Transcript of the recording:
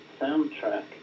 soundtrack